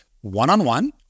one-on-one